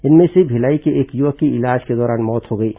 इनमें से भिलाई के एक युवक की इलाज के दौरान मौत हो गई है